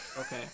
Okay